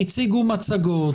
והציגו מצגות,